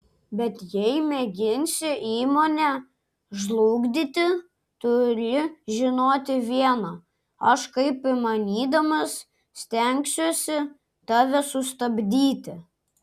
bet jei mėginsi įmonę žlugdyti turi žinoti viena aš kaip įmanydamas stengsiuosi tave sustabdyti